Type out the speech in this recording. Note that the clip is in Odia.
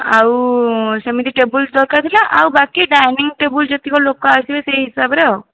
ଆଉ ସେମିତି ଟେବଲ୍ ଦରକାର ଥିଲା ଆଉ ବାକି ଡାଇନିଙ୍ଗ ଟେବଲ୍ ଯେତିକ ଲୋକ ଆସିବେ ସେହି ହିସାବରେ ଆଉ